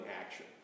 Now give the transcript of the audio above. action